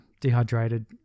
dehydrated